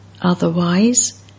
Otherwise